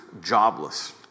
jobless